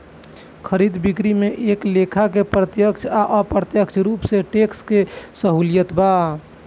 खरीदा बिक्री में एक लेखा के प्रत्यक्ष आ अप्रत्यक्ष रूप से टैक्स के सहूलियत बा